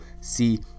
see